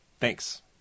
Thanks